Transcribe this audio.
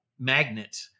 magnet